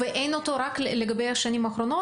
ואין אותו רק לגבי השנים האחרונות,